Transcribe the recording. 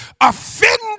offended